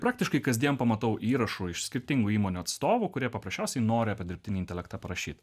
praktiškai kasdien pamatau įrašu iš skirtingų įmonių atstovų kurie paprasčiausiai nori apie dirbtinį intelektą prašyt